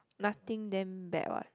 nothing then bad what